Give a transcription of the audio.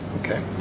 Okay